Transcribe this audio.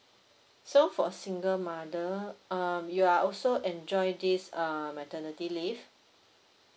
so for a single mother um you are also enjoy this uh maternity leave